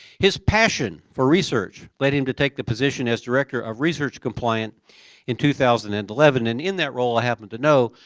his passion for research led him to take the position as director of research compliance in two thousand and eleven and in that role, i happen to know,